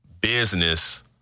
business